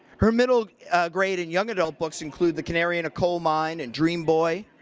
her middle grade and young adult books include the canary in a coal mine and dream boy.